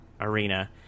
arena